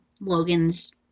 Logan's